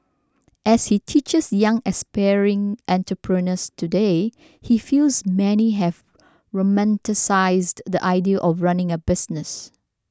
as he teaches young aspiring entrepreneurs today he feels many have romanticised the idea of running a business